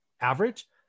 average